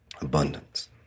Abundance